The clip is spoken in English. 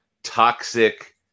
toxic